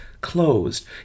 Closed